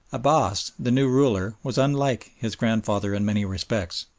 abbass, the new ruler, was unlike his grandfather in many respects.